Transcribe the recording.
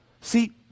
see